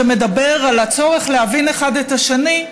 שמדבר על הצורך להבין אחד את השני,